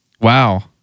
Wow